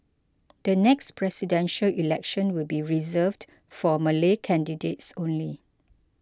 the next Presidential Election will be reserved for Malay candidates only